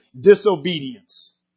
disobedience